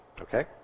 okay